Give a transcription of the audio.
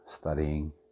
studying